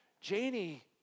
Janie